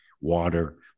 water